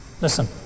Listen